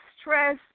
stress